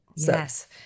Yes